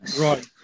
right